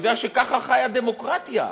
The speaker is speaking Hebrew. יודע שככה חיה דמוקרטיה.